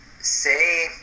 say